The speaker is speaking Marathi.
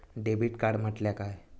डेबिट कार्ड म्हटल्या काय?